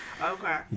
okay